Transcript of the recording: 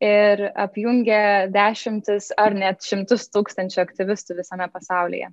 ir apjungia dešimtis ar net šimtus tūkstančių aktyvistų visame pasaulyje